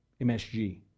MSG